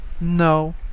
No